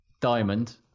Diamond